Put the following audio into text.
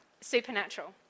supernatural